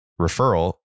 referral